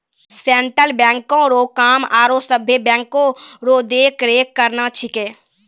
central बैंको रो काम आरो सभे बैंको रो देख रेख करना छिकै